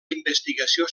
investigació